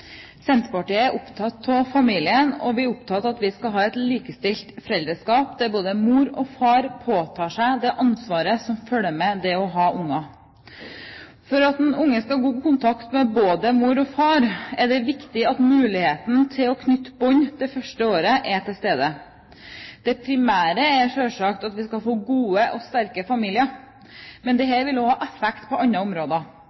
Senterpartiet er opptatt av familien, og vi er opptatt av at vi skal ha et likestilt foreldreskap, der både mor og far påtar seg det ansvaret som følger med det å ha unger. For at en unge skal ha god kontakt med både mor og far, er det viktig at muligheten til å knytte bånd det første året er til stede. Det primære er selvsagt at vi skal få gode og sterke familier, men dette vil også ha effekt på andre områder.